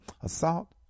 assault